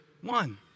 one